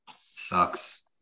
sucks